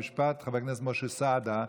חוק ומשפט חבר הכנסת משה סעדה,